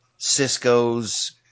cisco's